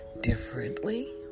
differently